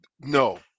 no